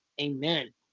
Amen